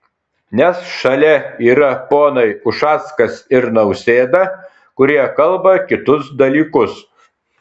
nes šalia yra ponai ušackas ir nausėda kurie kalba kitus dalykus